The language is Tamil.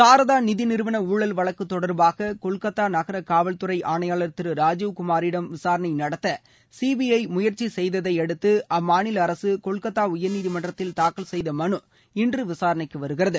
சாரதா நிதிநிறுவன ஊழல் வழக்கு தொடர்பாக கொல்கத்தா நகர காவல்துறை ஆணையாளர் திரு ராஜீவ்குமாரிடம் விசாரணை நடத்த சிபிஐ முயற்சி செய்ததையடுத்து அம்மாநில அரசு கொல்கத்தா உயர்நீதிமன்றத்தில் தாக்கல் செய்த மனு இன்று விசாரணைக்கு வருகிறது